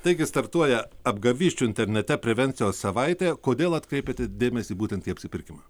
taigi startuoja apgavysčių internete prevencijos savaitė kodėl atkreipėte dėmesį būtent į apsipirkimą